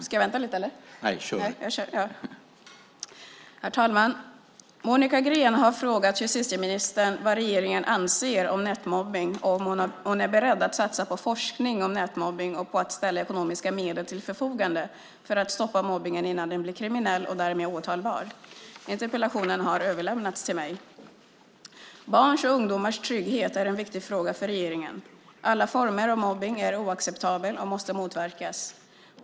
Herr talman! Monica Green har frågat justitieministern vad regeringen anser om nätmobbning och om hon är beredd att satsa på forskning om nätmobbning och på att ställa ekonomiska medel till förfogande för att stoppa mobbningen innan den blir kriminell och därmed åtalbar. Interpellationen har överlämnats till mig. Barns och ungdomars trygghet är en viktig fråga för regeringen. Alla former av mobbning är oacceptabel och måste motverkas.